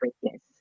greatness